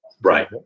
Right